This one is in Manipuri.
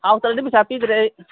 ꯍꯥꯎꯇ꯭ꯔꯗꯤ ꯄꯩꯁꯥ ꯄꯤꯗ꯭ꯔꯦ ꯑꯩ